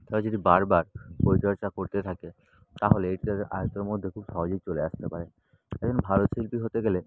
তারা যদি বার বার পরিচর্যা করতে থাকে তাহলে এটা আয়ত্তের মধ্যে খুব সহজেই চলে আসতে পারে একজন ভালো শিল্পী হতে গেলে